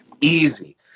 Easy